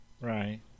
Right